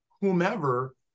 whomever